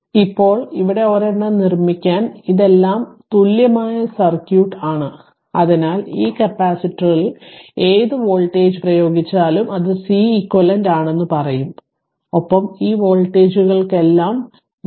അതിനാൽ ഇപ്പോൾ ഇവിടെ ഒരെണ്ണം നിർമ്മിക്കാൻ ഇതെല്ലാം തുല്യമായ സർക്യൂട്ട് ആണ് അതിനാൽ ഈ കപ്പാസിറ്ററിൽ ഏത് വോൾട്ടേജും പ്രയോഗിച്ചാലും അത് Ceq ആണെന്ന് പറയും ഒപ്പം ഈ വോൾട്ടേജുകളെല്ലാം V